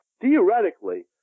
Theoretically